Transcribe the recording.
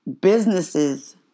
businesses